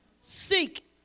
seek